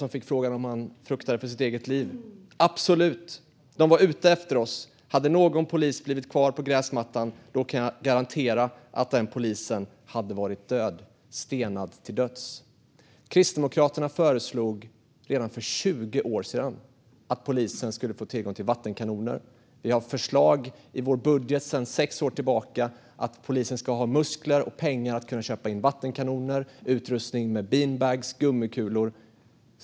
Han fick frågan om han fruktade för sitt eget liv. Han sa: Absolut, de var ute efter oss. Hade någon polis blivit kvar på gräsmattan kan jag garantera att den polisen hade varit död, stenad till döds. Kristdemokraterna föreslog redan för 20 år sedan att polisen skulle få tillgång till vattenkanoner. Vi har haft förslag i vår budget sedan sex år tillbaka om att polisen ska ha muskler och pengar för att kunna köpa in vattenkanoner, utrustning med beanbags och gummikulor.